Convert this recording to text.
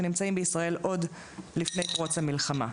שנמצאים בישראל עוד לפני פרוץ המלחמה,